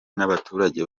n’abaturage